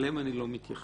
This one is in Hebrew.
אליהם אני לא מתייחס.